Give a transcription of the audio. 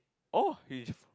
!oh!